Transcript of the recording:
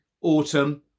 autumn